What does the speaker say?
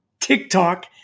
TikTok